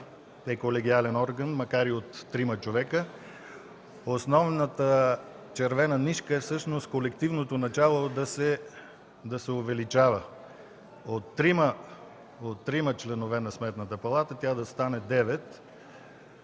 е колегиален орган, макар и от трима човека, основната червена нишка е всъщност колективното начало да се увеличава – от трима членове на Сметната палата да стане девет.